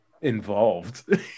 involved